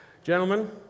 Gentlemen